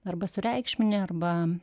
arba sureikšmini arba